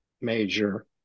major